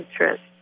interest